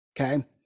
Okay